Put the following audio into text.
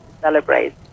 celebrate